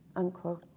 unquote.